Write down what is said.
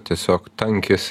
tiesiog tankis